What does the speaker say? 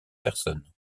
personnes